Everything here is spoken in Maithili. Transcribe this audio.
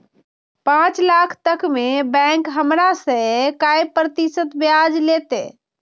पाँच लाख तक में बैंक हमरा से काय प्रतिशत ब्याज लेते?